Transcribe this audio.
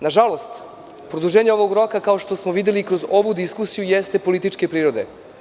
Nažalost, produženje ovog roka, kao što smo videli kroz ovu diskusiju, jeste političke prirode.